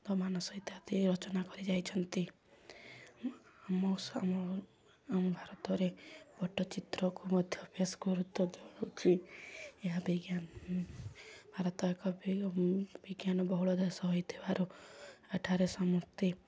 ତ ସଂହିତା ଆଦି ରଚନା କରିଯାଇଛନ୍ତି ଆମ ଆମ ଆମ ଭାରତରେ ପଟଚିତ୍ରକୁ ମଧ୍ୟ ବେଶ ଗୁରୁତ୍ୱ ଦେଉଛି ଏହା ବିଜ୍ଞାନ ଭାରତ ଏକ ବିଜ୍ଞାନ ବହୁଳ ଦେଶ ହେଇଥିବାରୁ ଏଠାରେ ସମସ୍ତେ